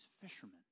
fishermen